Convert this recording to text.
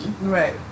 Right